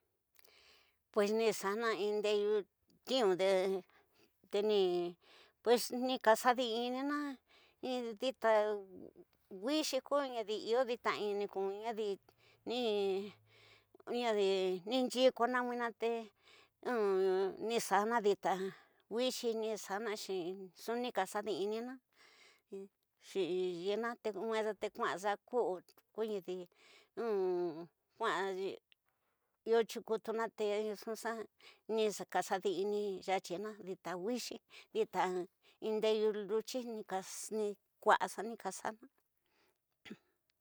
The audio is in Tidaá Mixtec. Pues ni xana in ndeyu tiyu te ni pues ni ka xadi ninu in dita ndida wixí ko nadi iyo ndida nin cema zadi in inyikana nwinu ni ni xana dita wixi ni xana nu in nka xadi ninu ntx yiintenye xa te kma xa ku vida ni knuu iyo tyiku tunu nxu xa in nka xadi ninu yatyi, dita wixi dita in ndeyu tiyí ni kusa xa nika xa'anu.